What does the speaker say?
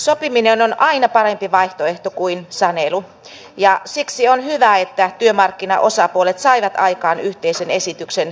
sopiminen on aina parempi vaihtoehto kuin sanelu ja siksi on hyvä että työmarkkinaosapuolet saivat aikaan yhteisen esityksen kilpailukykytoimista